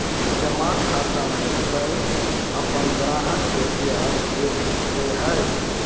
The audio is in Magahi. जमा खाता में बैंक अपन ग्राहक के ब्याज दे हइ